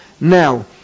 now